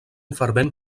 fervent